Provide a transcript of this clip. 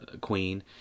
Queen